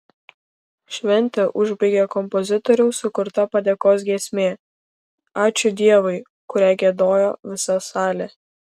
šventę užbaigė kompozitoriaus sukurta padėkos giesmė ačiū dievui kurią giedojo visa salė